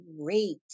great